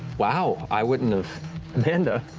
wow, i wouldn't have, amanda.